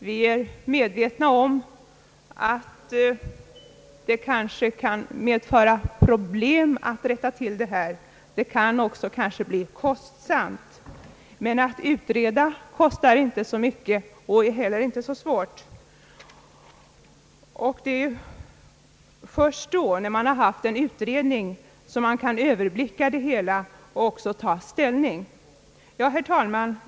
Vi är medvetna om att det kanske kan medföra problem att rätta till den. Det kan kanske också bli kostsamt, men att utreda kostar inte så mycket och är inte heller så svårt. Först när en utredning gjorts kan man överblicka det hela och ta ställning. Herr talman!